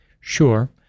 Sure